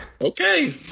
Okay